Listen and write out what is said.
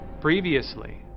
Previously